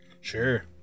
Sure